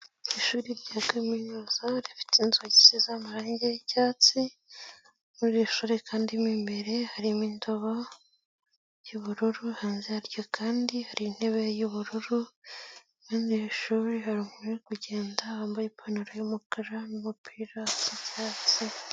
Ishuri rya Kaminuza rifite inzugi zisize amarangi y'icyatsi muri ishuri kandi mo imbere harimo indobo y'ubururu hanze yaryo kandi hari intebe y'ubururu, hanze y'ishuri hari umuntu uri kugenda wambaye ipantaro y'umukara n'umupira w'icyatsi.